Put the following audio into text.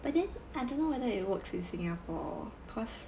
but then I don't know whether it works in singapore cause